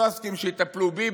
לא אסכים שהם יטפלו בי,